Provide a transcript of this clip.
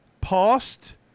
past